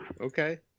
Okay